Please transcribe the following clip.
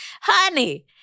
honey